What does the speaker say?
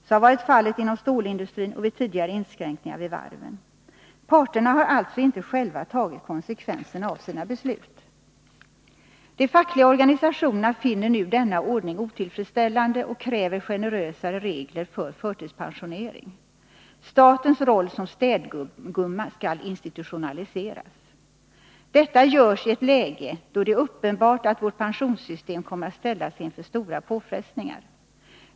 Så har varit fallet inom stålindustrin och vid tidigare inskränkningar vid varven. Parterna har alltså inte själva tagit konsekvenserna av sina beslut. De fackliga organisationerna finner nu denna ordning otillfredsställande och kräver generösare regler för förtidspensionering. Statens roll som städgumma skall institutionaliseras. Detta görs i ett läge då det är uppenbart att vårt pensionssystem kommer att ställas inför stora påfrestningar.